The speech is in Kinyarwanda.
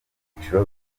byiciro